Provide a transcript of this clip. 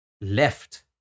left